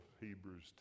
Hebrews